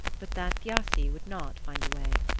but that thiassi would not find a way.